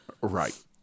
Right